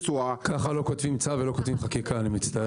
ככה לא כותבים צו ולא כותבים חקיקה, אני מצטער.